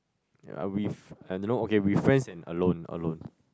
yeah with I don't know okay with friends and alone alone